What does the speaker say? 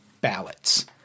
ballots